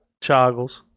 Choggles